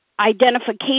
identification